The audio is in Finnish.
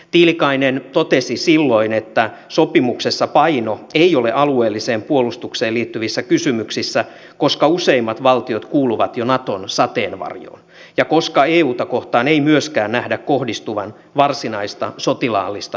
tiilikainen totesi silloin että sopimuksessa paino ei ole alueelliseen puolustukseen liittyvissä kysymyksissä koska useimmat valtiot kuuluvat jo naton sateenvarjoon ja koska euta kohtaan ei myöskään nähdä kohdistuvan varsinaista sotilaallista hyökkäysuhkaa